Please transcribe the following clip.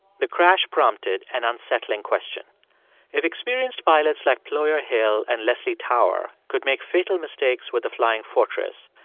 the crash prompted an unsettling question if experienced pilots like ployer hill and leslie tower could make fatal mistakes with the flying fortress,